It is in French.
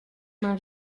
mains